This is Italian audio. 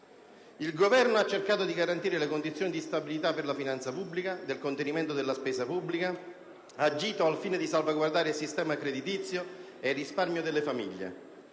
Il Governo ha cercato di garantire le condizioni di stabilità per la finanza pubblica e il contenimento della spesa pubblica; ha agito al fine di salvaguardare il sistema creditizio ed il risparmio delle famiglie,